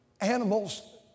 animals